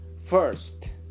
first